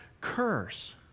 curse